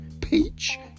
Peach